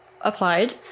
Applied